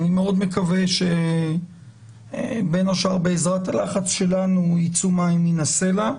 ואני מאוד מקווה שבין השאר בעזרת לחץ שלנו יצאו מים מן הסלע.